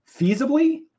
feasibly